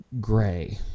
gray